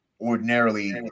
ordinarily